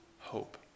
hope